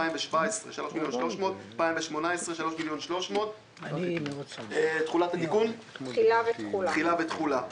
2017 3,300,000 2018 3,300,000 תחילה ותחולה4.